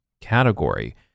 category